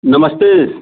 नमस्ते